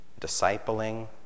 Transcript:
discipling